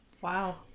Wow